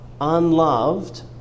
unloved